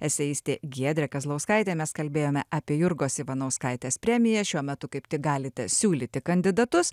eseistė giedrė kazlauskaitė mes kalbėjome apie jurgos ivanauskaitės premiją šiuo metu kaip tik galite siūlyti kandidatus